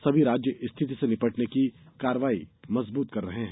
सभी राज्य स्थिति से निपटने की कार्रवाई मजबूत कर रहे हैं